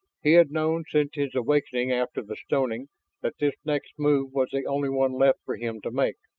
he had known since his awakening after the stoning that this next move was the only one left for him to make.